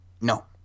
No